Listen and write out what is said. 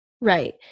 Right